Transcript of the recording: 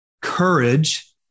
courage